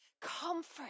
comfort